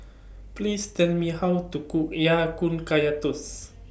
Please Tell Me How to Cook Ya Kun Kaya Toast